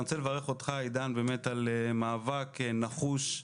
אני רוצה לברך אותך, עידן, על מאבק נחוש,